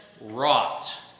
rot